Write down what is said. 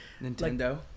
Nintendo